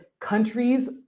countries